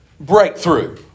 breakthrough